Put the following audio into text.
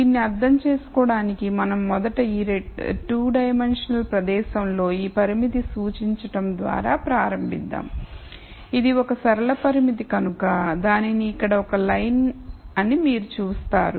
దీన్ని అర్థం చేసుకోవడానికి మనం మొదట ఈ 2 డైమెన్షనల్ప్రదేశంలో ఈ పరిమితిని సూచించడం ద్వారా ప్రారంభిద్దాం ఇది ఒక సరళ పరిమితి కనుక దానిని ఇక్కడ ఉన్న ఒక లైన్ అని మీరు చూస్తారు